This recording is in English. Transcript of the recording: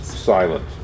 silent